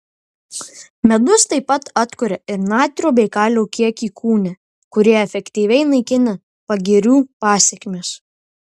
medus taip pat atkuria ir natrio bei kalio kiekį kūne kurie efektyviai naikina pagirių pasekmes